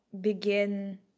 begin